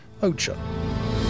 OCHA